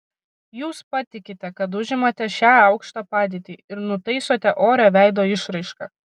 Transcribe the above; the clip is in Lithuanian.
jūs patikite kad užimate šią aukštą padėtį ir nutaisote orią veido išraišką